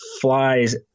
flies